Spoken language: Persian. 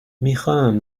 میخام